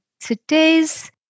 today's